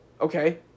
Okay